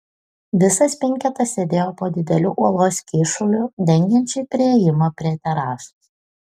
visas penketas sėdėjo po dideliu uolos kyšuliu dengiančiu priėjimą prie terasos